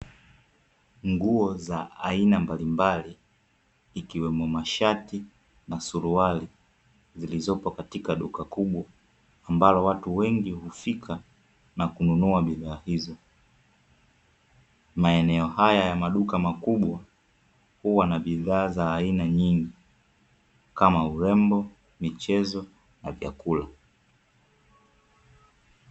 Nguo za aina mbalimbali ikiwemo mashati na suruali zilizopo katika duka kubwa, ambalo watu wengi hufika na kununua bidhaa hizo. Maeneo haya ya maduka makubwa, huwa na bidhaa za aina nyingi kama urembo, michezo na vyakula.